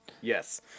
yes